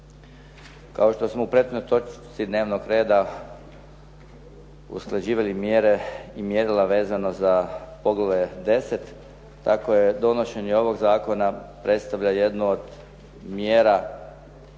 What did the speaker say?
Kao što smo u prethodnoj točci dnevnoga reda usklađivali mjere i mjerila vezano uz poglavlje 10. tako je donošenje ovog zakona predstavlja jednu od mjera